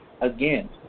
Again